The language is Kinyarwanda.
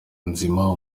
nzima